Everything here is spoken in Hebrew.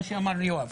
מה שאמר יואב.